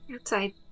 outside